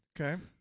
okay